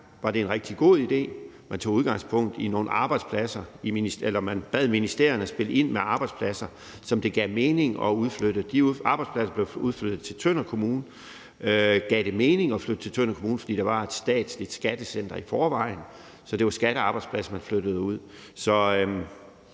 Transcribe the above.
var det en rigtig god idé. Man tog udgangspunkt i nogle arbejdspladser, eller man bad ministerierne spille ind med arbejdspladser, som det gav god mening at udflytte. De arbejdspladser, der blev udflyttet til Tønder Kommune, gav det mening at flytte til Tønder Kommune, fordi der var et statsligt skattecenter i forvejen; så det var skattearbejdspladser, man flyttede ud.